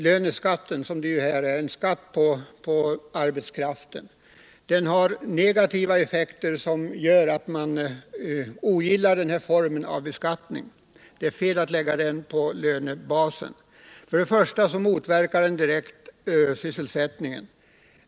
Löneskatten — som är en skatt på arbetskraften — har negativa effekter som gör att man ogillar denna form av beskattning. Det är fel att lägga skatten på lönebasen. Bl. a. motverkar den direkt sysselsättningen.